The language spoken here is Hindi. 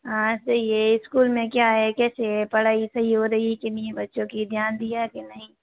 हाँ सही है स्कूल में क्या है कैसे है पढ़ाई सही हो रही है कि नहीं बच्चों की ध्यान दिया कि नहीं